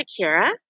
Shakira